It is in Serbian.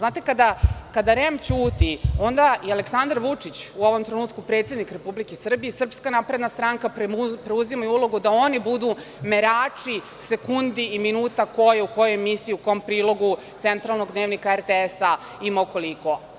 Kada REM ćuti, onda i Aleksandar Vučić, u ovom trenutku predsednik Republike Srbije, i SNS preuzimaju ulogu da oni budu merači sekundi i minuta koje u kojoj emisiji, u kom prilogu centralnog Dnevnika RTS-a je ko imao koliko.